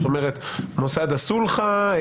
זאת אומרת, מוסד הסולחה,